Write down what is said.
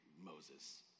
Moses